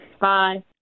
Bye